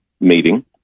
meeting